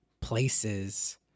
places